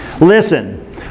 Listen